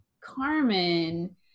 Carmen